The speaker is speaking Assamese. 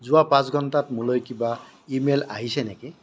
যোৱা পাঁচ ঘণ্টাত মোলৈ কিবা ইমেইল আহিছে নেকি